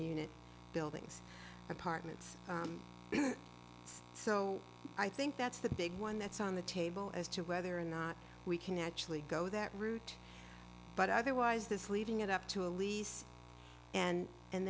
that building's apartments so i think that's the big one that's on the table as to whether or not we can actually go that route but otherwise this leaving it up to a lease and and